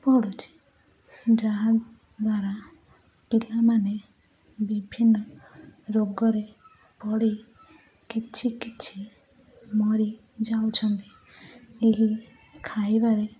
ପଡ଼ୁଛି ଯାହା ଦ୍ୱାରା ପିଲାମାନେ ବିଭିନ୍ନ ରୋଗରେ ପଡ଼ି କିଛି କିଛି ମରିଯାଉଛନ୍ତି ଏହି ଖାଇବାରେ